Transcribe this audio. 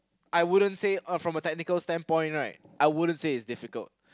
I wouldn't say from a technical standpoint right I wouldn't say it's difficult